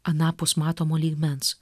anapus matomo lygmens